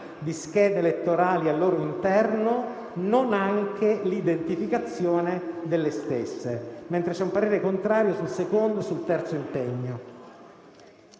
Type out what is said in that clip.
di schede elettorali al loro interno, non anche l'identificazione delle stesse». Esprimo parere contrario sul secondo e sul terzo impegno